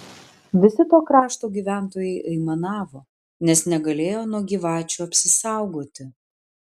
visi to krašto gyventojai aimanavo nes negalėjo nuo gyvačių apsisaugoti